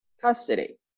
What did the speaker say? custody